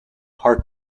heart